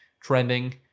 trending